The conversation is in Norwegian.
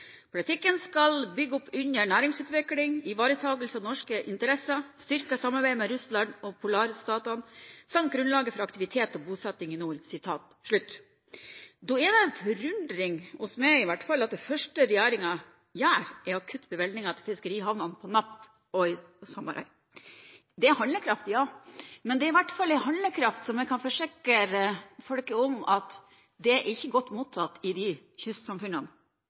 Politikken skal bygge opp under næringsutvikling, ivaretakelse av norske interesser, styrket samarbeid med Russland og polarstatene, samt grunnlaget for aktivitet og bosetting i nord.» Da er det forundring hos meg, iallfall, over at det første regjeringen gjør, er å kutte bevilgningene til fiskerihavnene på Napp og Sommarøy. Det er handlekraft, ja, men det er en handlekraft jeg kan forsikre folket om at ikke er godt mottatt i de kystsamfunnene.